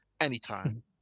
anytime